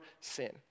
sin